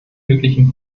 möglichen